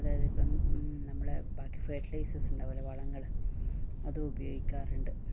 അതായത് ഇപ്പം നമ്മള് ബാക്കി ഫെഡ്ലൈസസുണ്ടാവോലോ വളങ്ങള് അതും ഉപയോഗിക്കാറുണ്ട്